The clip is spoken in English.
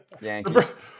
Yankees